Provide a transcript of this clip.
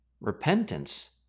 Repentance